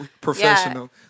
professional